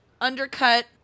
undercut